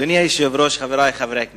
אדוני היושב-ראש, חברי חברי הכנסת,